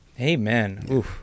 Amen